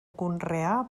conrear